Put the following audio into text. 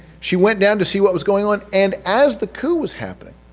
she went down to see what was going on, and as the coup was happening,